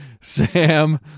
Sam